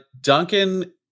Duncan